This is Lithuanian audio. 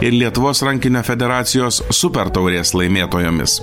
ir lietuvos rankinio federacijos super taurės laimėtojomis